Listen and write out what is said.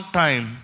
time